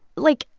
like,